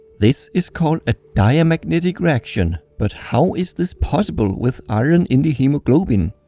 this is called a diamagnetic reaction but how is this possible with iron in the hemoglobin?